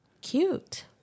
Cute